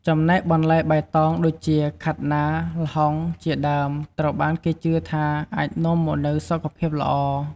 ចំណែកបន្លែបៃតងដូចជា ខាត់ណា ល្ហុង ជាដើម ត្រូវបានគេជឿថាអាចនាំមកនូវសុខភាពល្អ ។